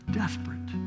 desperate